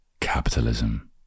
capitalism